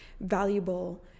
valuable